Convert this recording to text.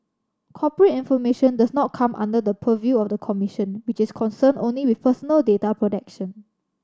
corporate information does not come under the purview of the commission which is concerned only with personal data protection